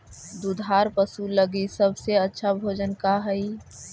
दुधार पशु लगीं सबसे अच्छा भोजन का हई?